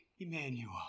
Emmanuel